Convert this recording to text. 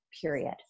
period